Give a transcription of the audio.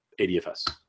ADFS